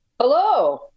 Hello